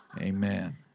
Amen